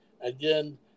Again